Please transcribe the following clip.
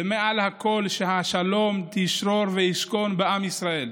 ומעל הכול, שהשלום ישרור וישכון בעם ישראל,